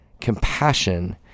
Compassion